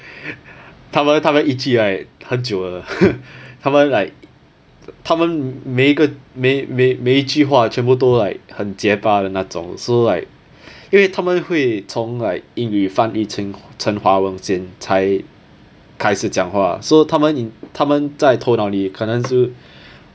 他们他们一句 right 很久了他们 like 他们每个每每每一句话全部都 like 很结疤的那种 so like 因为他们会从 like 英语翻译成华文先才开始讲话 so 他们他们在头脑里可能是